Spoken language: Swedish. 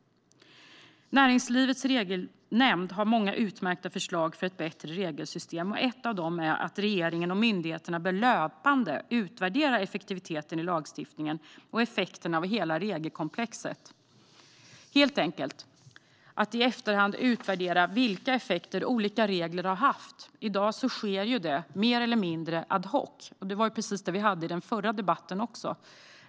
Näringslivets regelnämnd har många utmärkta förslag för ett bättre regelsystem. Ett av dessa är att regering och myndigheter löpande bör utvärdera effektiviteten i lagstiftningen och effekterna av hela regelkomplexet. Det handlar helt enkelt om att i efterhand utvärdera vilka effekter olika regler har haft. I dag sker ju detta mer eller mindre ad hoc. Detta var uppe i den förra debatten också.